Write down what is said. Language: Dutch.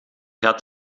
gaat